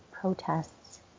protests